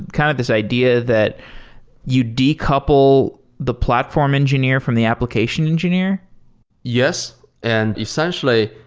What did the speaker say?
kind of this idea that you decouple the platform engineer from the application engineer yes. and essentially,